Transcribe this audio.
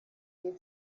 geht